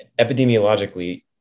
epidemiologically